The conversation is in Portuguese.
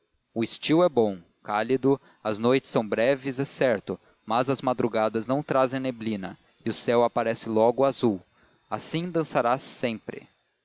o estio é bom cálido as noites são breves é certo mas as madrugadas não trazem neblina e o céu aparece logo azul assim dançarás sempre